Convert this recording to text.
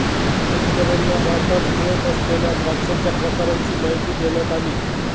शेतकर्यांना भारतात मिळत असलेल्या द्राक्षांच्या प्रकारांची माहिती देण्यात आली